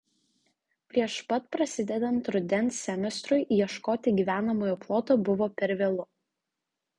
prieš pat prasidedant rudens semestrui ieškoti gyvenamojo ploto buvo per vėlu